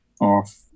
off